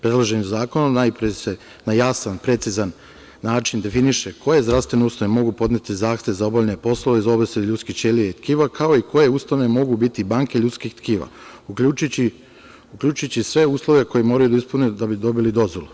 Predloženim zakonom najpre se na jasan, precizan način definiše koje zdravstvene ustanove mogu podneti zahtev za obavljanje poslova iz oblasti ljudske ćelije i tkiva, kao i koje ustanove mogu biti banke ljudskih tkiva, uključujući sve uslove koje moraju da ispune da bi dobili dozvolu.